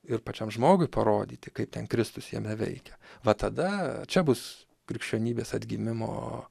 ir pačiam žmogui parodyti kaip ten kristus jame veikia va tada čia bus krikščionybės atgimimo